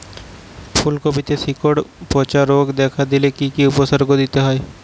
ফুলকপিতে শিকড় পচা রোগ দেখা দিলে কি কি উপসর্গ নিতে হয়?